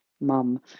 mum